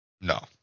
No